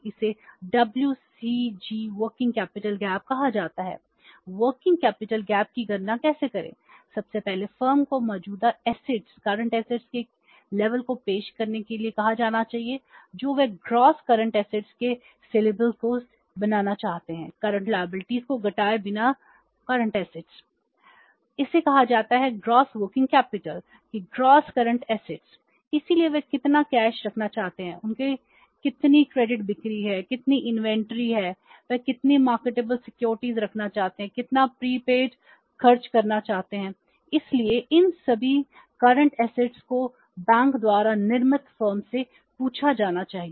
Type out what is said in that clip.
इसे कहा जाता है ग्रॉस वर्किंग कैपिटल को बैंकों द्वारा निर्मित फर्म से पूछा जाना चाहिए